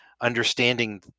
understanding